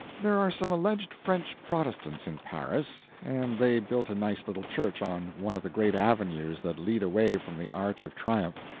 there are some alleged french protestants in paris, and they built a nice little church on one of the great avenues that lead away from the arch of triumph,